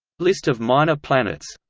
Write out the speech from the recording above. list of minor planets